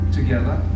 together